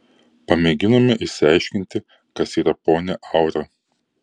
pamėginome išsiaiškinti kas yra ponia aura